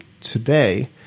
today